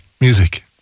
music